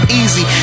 easy